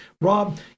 Rob